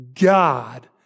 God